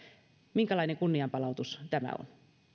minkälainen kunnianpalautus tämä on